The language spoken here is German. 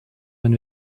wenn